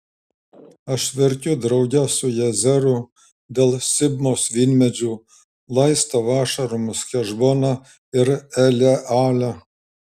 aš verkiu drauge su jazeru dėl sibmos vynmedžių laistau ašaromis hešboną ir elealę